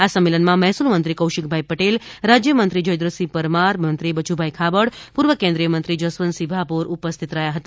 આ સંમલેનમાં મહેસૂલમંત્રી કૌશિકભાઇ પટેલ રાજયમંત્રી જયદ્રથસિંહ પરમાર મંત્રી બચુભાઇ ખાબડ પૂર્વ કેન્દ્રીય મંત્રી જસવતસિંહ ભાભોર ઉપસ્થિત રહ્યા હતા